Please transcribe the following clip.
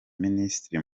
minisitiri